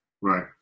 Right